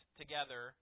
together